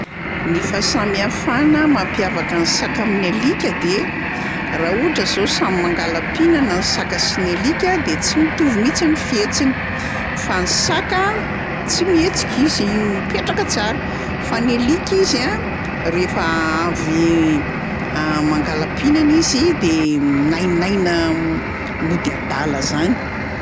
Ny fahasamihafana mampiavaka an'ny saka amin'ny alika de: raha ohatra zao samy mangala-pihinana ny saka sy ny alika de tsy mitovy mihitsy ny fihetsiny. Fa ny saka, tsy mihetsika izy mipetraka tsara; fa ny alika izy a. rehefa avy mangala-pihinana izy de minainaina m- mody adala zany.